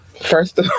First